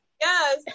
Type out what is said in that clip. yes